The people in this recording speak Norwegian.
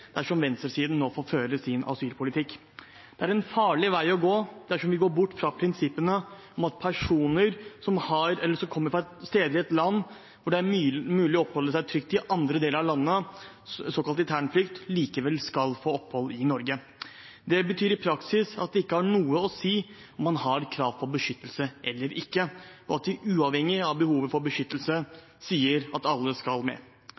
dersom venstresiden nå får føre sin asylpolitikk. Det er en farlig vei å gå dersom vi går bort fra prinsippene om at personer som kommer fra et land hvor det er mulig å oppholde seg trygt i andre deler av landet, såkalt internflukt, likevel skal få opphold i Norge. Det betyr i praksis at det ikke har noe å si om man har krav på beskyttelse eller ikke, og at man uavhengig av behovet for beskyttelse sier at alle skal med.